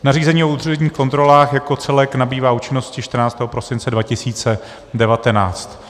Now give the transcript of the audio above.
Nařízení o úředních kontrolách jako celek nabývá účinnosti 14. prosince 2019.